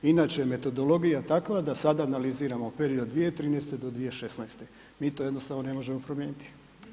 Inače metodologija je takva da sada analiziramo period 2013.-2016., mi to jednostavno ne možemo promijeniti.